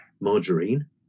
margarine